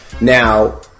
Now